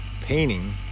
painting